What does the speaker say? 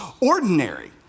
ordinary